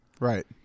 Right